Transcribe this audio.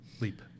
LEAP